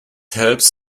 helps